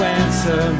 answer